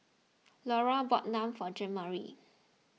Laura bought Naan for Jeanmarie